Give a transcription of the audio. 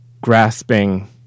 grasping